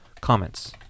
comments